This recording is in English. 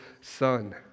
Son